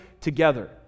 together